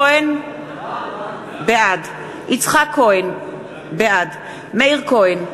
בעד יצחק כהן, בעד מאיר כהן,